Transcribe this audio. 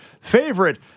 favorite